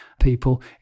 people